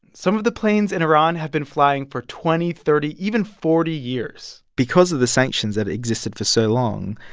some of the planes in iran have been flying for twenty, thirty, even forty years because of the sanctions that existed for so long,